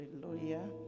hallelujah